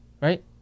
right